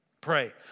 Pray